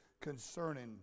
concerning